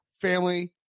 family